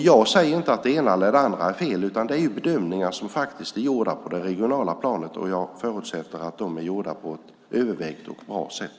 Jag säger inte att det ena eller det andra är fel, utan det är bedömningar som är gjorda på det regionala planet, och jag förutsätter att de är gjorda på ett övervägt och bra sätt.